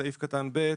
סעיף קטן (ב),